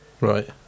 right